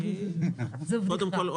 קודם כול,